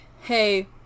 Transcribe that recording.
hey